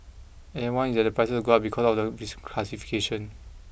everyone is that the prices will go up because of the reclassification